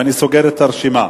ואני סוגר את הרשימה.